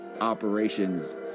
operations